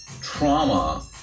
trauma